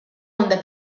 onda